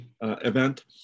event